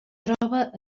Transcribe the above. troba